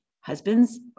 Husbands